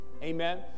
Amen